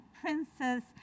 princess